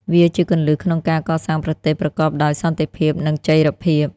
វាជាគន្លឹះក្នុងការកសាងប្រទេសប្រកបដោយសន្តិភាព និងចីរភាព។